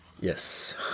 Yes